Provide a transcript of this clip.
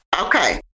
Okay